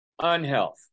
unhealth